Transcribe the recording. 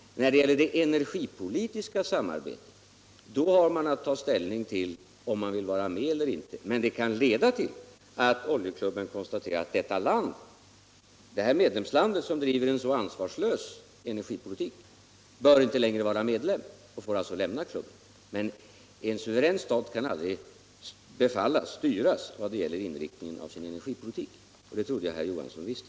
När det gäller det energipolitiska samarbetet har man att ta ställning till om man vill vara med eller inte. Men det kan leda till att Oljeklubben konstaterar att detta medlemsland, som driver en så ansvarslös energipolitik, inte längre bör vara medlem — och alltså får lämna klubben. Men en suverän stat kan aldrig befallas eller styras när det gäller inriktningen av dess energipolitik, och det trodde jag herr Johansson visste.